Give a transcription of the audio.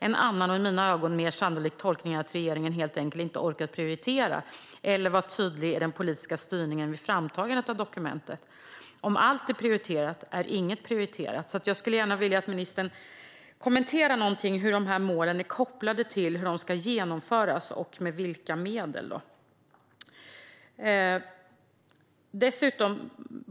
En annan och i mina ögon mer sannolik tolkning är att regeringen helt enkelt inte orkat prioritera eller vara tydlig i den politiska styrningen vid framtagandet av dokumentet på Regeringskansliet. Om allt är prioriterat är inget prioriterat." Jag skulle gärna vilja att ministern kommenterade någonting om hur dessa mål är kopplade till hur de ska genomföras och med vilka medel.